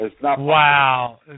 wow